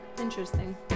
interesting